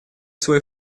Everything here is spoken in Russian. свой